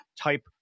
Type